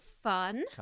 fun